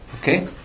Okay